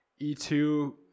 E2